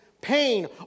pain